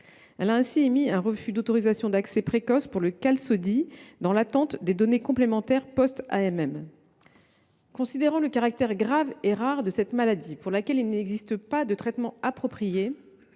Elle a ainsi émis un refus d’autorisation d’accès précoce pour le Qalsody dans l’attente des données complémentaires post AMM. Considérant le caractère grave et rare de cette maladie, pour laquelle il n’existe pas de traitement approprié,